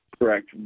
Correct